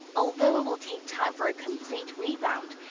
although it will take time for a complete rebound.